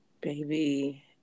baby